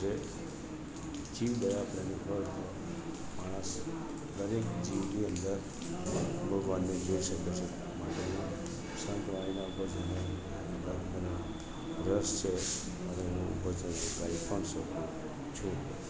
જે જીવદયા પ્રેમી હોય માણસ દરેક જીવની અંદર ભગવાનને જોઈ શકે છે માટે સંતવાણીના ભજનો રસ છે અને ભજનો ગાઈ પણ શકું છું